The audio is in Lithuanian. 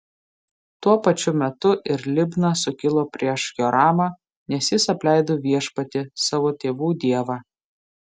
tuo pačiu metu ir libna sukilo prieš joramą nes jis apleido viešpatį savo tėvų dievą